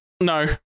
no